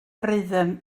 rhythm